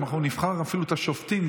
אם אנחנו נבחר אפילו את השופטים,